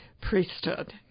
priesthood